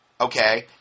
Okay